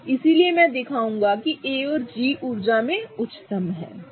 इसलिए मैं दिखाऊंगा कि A और G ऊर्जा में उच्चतम हैं ठीक है